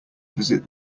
visit